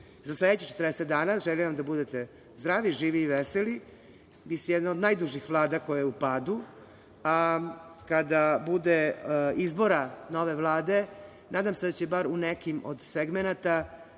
sledećih 40 dana želim vam da budete zdravi, živi i veseli. Vi ste jedna od najdužih Vlada koja je u padu, a kada bude izbora nove vlade, nadam se da će, bar u nekim od segmenata,